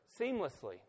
seamlessly